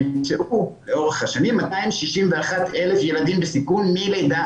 נמצאו לאורך השנים 261,000 ילדים בסיכון מגיל לידה